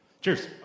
Cheers